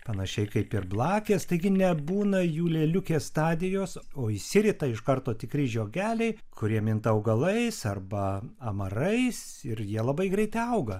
panašiai kaip ir blakės taigi nebūna jų lėliukės stadijos o išsirita iš karto tikri žiogeliai kurie minta augalais arba amarais ir jie labai greitai auga